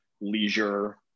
leisure